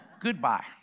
Goodbye